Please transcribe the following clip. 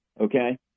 Okay